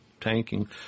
tanking